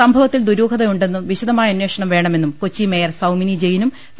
സംഭവ ത്തിൽ ദുരൂഹതയുണ്ടെന്നും വിശദമായ അന്വേഷണം വേണ മെന്നും കൊച്ചി മേയർ സൌമിനി ജെയിനും പി